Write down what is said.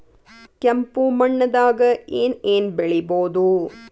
ಕೆಂಪು ಮಣ್ಣದಾಗ ಏನ್ ಏನ್ ಬೆಳಿಬೊದು?